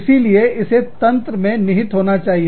इसीलिए इसे तंत्र में निहित होना चाहिए